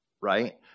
right